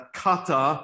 kata